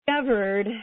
discovered